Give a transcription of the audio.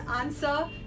answer